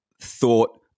thought